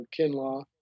Kinlaw